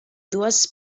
dues